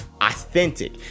authentic